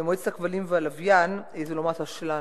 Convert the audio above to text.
במועצת הכבלים והלוויין, זו לא מועצה שלנו,